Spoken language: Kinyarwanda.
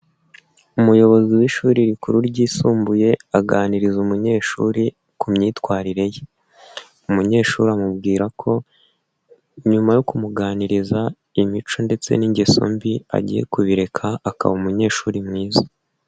Umuyobozi w'ishuri rikuru ryisumbuye aganiriza umunyeshuri ku myitwarire ye. Umunyeshuri amubwira ko nyuma yo kumuganiriza imico ndetse n'ingeso mbi agiye kubireka akaba umunyeshuri mwiza.